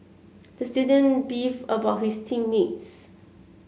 the student beefed about his team mates